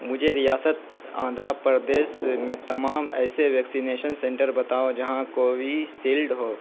مجھے ریاست آندھرا پردیش میں تمام ایسے ویکسینیشن سنٹر بتاؤ جہاں کوویشیلڈ ہو